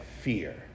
fear